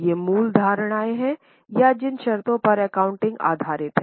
ये मूल धारणाएं हैं या जिन शर्तों पर एकाउंटिंग आधारित है